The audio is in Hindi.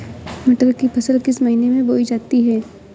मटर की फसल किस महीने में बोई जाती है?